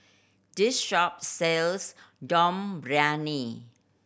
this shop sells Dum Briyani